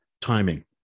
timing